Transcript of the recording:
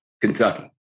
Kentucky